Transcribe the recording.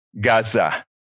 Gaza